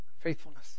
Faithfulness